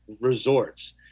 resorts